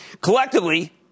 collectively